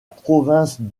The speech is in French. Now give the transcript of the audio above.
province